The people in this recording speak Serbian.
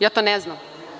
Ja to ne znam.